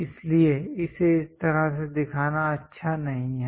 इसलिए इसे इस तरह से दिखाना अच्छा नहीं है